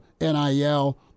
NIL